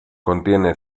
contiene